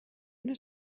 una